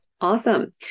Awesome